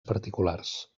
particulars